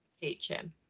teaching